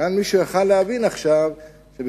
כאן מישהו יכול היה להבין עכשיו שבכלל